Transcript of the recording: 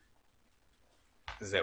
זהו.